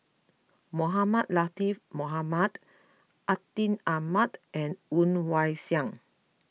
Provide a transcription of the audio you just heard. Mohamed Latiff Mohamed Atin Amat and Woon Wah Siang